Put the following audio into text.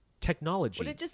technology